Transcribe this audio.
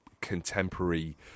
contemporary